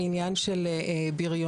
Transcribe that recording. עניין של בריונות,